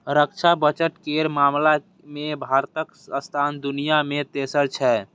रक्षा बजट केर मामला मे भारतक स्थान दुनिया मे तेसर छै